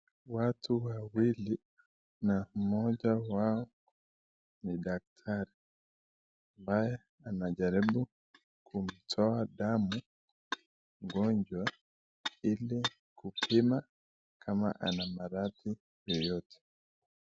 Watu wawili, na mmoja wao ni daktari, ambaye anajaribu kumtoa damu mgonjwa ili kupima kama ako na maradhi yoyote.